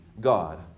God